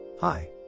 Hi